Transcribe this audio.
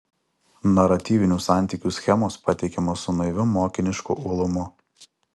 naratyvinių santykių schemos pateikiamos su naiviu mokinišku uolumu